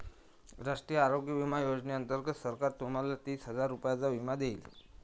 राष्ट्रीय आरोग्य विमा योजनेअंतर्गत सरकार तुम्हाला तीस हजार रुपयांचा विमा देईल